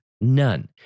None